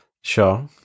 Sure